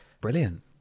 Brilliant